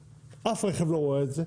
אף רכב לא רואה את זה,